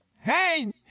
hey